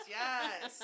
yes